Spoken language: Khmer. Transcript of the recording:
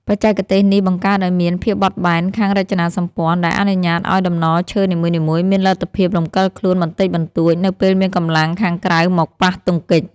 បច្ចេកទេសនេះបង្កើតឱ្យមាន ភាពបត់បែនខាងរចនាសម្ព័ន្ធ ដែលអនុញ្ញាតឱ្យតំណឈើនីមួយៗមានលទ្ធភាពរំកិលខ្លួនបន្តិចបន្តួចនៅពេលមានកម្លាំងខាងក្រៅមកប៉ះទង្គិច។